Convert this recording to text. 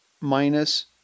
minus